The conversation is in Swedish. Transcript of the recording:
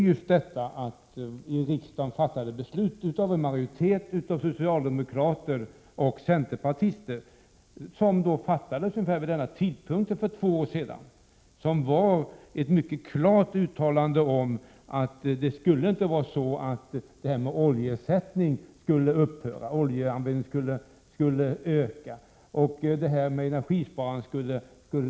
För två år sedan gjorde en majoritet i riksdagen, bestående av socialdemokrater och centerpartister, ett mycket klart uttalande om att arbetet med att minska oljeanvändningen inte skulle upphöra och att energisparandet skulle fortsätta.